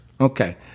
Okay